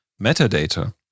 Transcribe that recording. metadata